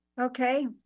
Okay